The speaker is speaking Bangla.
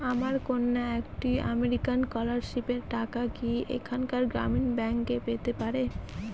আমার কন্যা একটি আমেরিকান স্কলারশিপের টাকা কি এখানকার গ্রামীণ ব্যাংকে পেতে পারে?